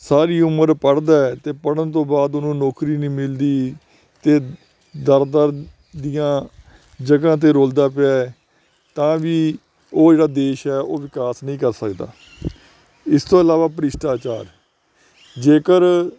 ਸਾਰੀ ਉਮਰ ਪੜ੍ਹਦਾ ਹੈ ਤਾਂ ਪੜ੍ਹਨ ਤੋਂ ਬਾਅਦ ਉਹਨੂੰ ਨੌਕਰੀ ਨਹੀਂ ਮਿਲਦੀ ਅਤੇ ਦਰ ਦਰ ਦੀਆਂ ਜਗ੍ਹਾ 'ਤੇ ਰੁਲਦਾ ਪਿਆ ਤਾਂ ਵੀ ਉਹ ਜਿਹੜਾ ਦੇਸ਼ ਹੈ ਉਹ ਵਿਕਾਸ ਨਹੀਂ ਕਰ ਸਕਦਾ ਇਸ ਤੋਂ ਇਲਾਵਾ ਭਰਿਸ਼ਟਾਚਾਰ ਜੇਕਰ